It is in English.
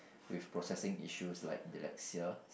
with processing issues like dyslexia